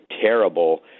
terrible